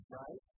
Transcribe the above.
right